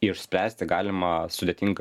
išspręsti galima sudėtingą